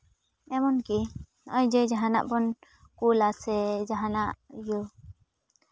ᱮᱢᱚᱱᱠᱤ ᱱᱚᱜᱼᱚᱭ ᱡᱟᱦᱟᱱᱟᱜ ᱵᱚᱱ ᱠᱩᱞᱟ ᱥᱮ ᱡᱟᱦᱟᱱᱟᱜ ᱜᱮ